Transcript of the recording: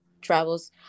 travels